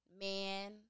man